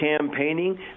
campaigning